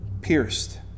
pierced